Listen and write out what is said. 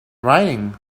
writing